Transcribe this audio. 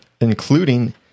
including